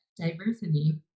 diversity